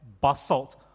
basalt